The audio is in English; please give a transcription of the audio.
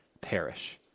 perish